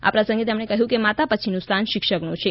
આ પ્રસંગે તેમણે કહ્યું કે માતા પછીનું સ્થાન શિક્ષકનું છે